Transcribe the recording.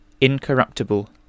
Incorruptible